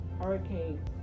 hurricane